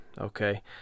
okay